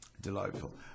Delightful